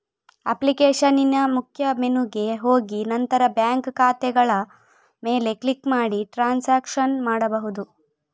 ಅಪ್ಲಿಕೇಶನಿನ ಮುಖ್ಯ ಮೆನುಗೆ ಹೋಗಿ ನಂತರ ಬ್ಯಾಂಕ್ ಖಾತೆಗಳ ಮೇಲೆ ಕ್ಲಿಕ್ ಮಾಡಿ ಟ್ರಾನ್ಸಾಕ್ಷನ್ ಮಾಡ್ಬಹುದು